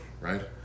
right